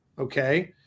Okay